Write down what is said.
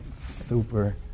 Super